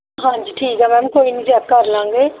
ਹਾਂਜੀ ਠੀਕ ਆ ਮੈਮ ਕੋਈ ਨਹੀਂ ਚੈੱਕ ਕਰ ਲਵਾਂਗੇ